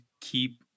keep